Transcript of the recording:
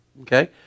okay